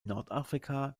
nordafrika